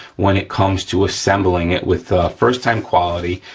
when it comes to assembling it with first time quality,